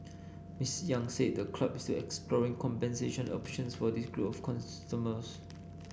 Miss Yang said the club is exploring compensation options for this group of customers